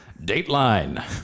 Dateline